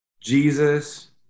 Jesus